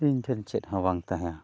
ᱤᱧ ᱴᱷᱮᱱ ᱪᱮᱫᱦᱚᱸ ᱵᱟᱝ ᱛᱟᱦᱮᱸᱫᱼᱟ